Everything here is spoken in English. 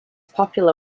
popular